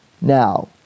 now